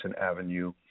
Avenue